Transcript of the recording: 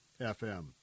FM